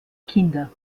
kinder